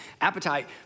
appetite